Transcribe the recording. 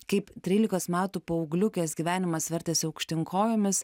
kaip trylikos metų paaugliukės gyvenimas vertėsi aukštyn kojomis